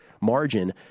margin